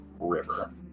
river